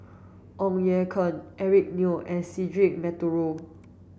Ong Ye Kung Eric Neo and Cedric Monteiro